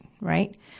right